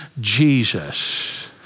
Jesus